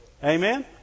Amen